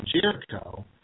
Jericho